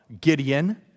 Gideon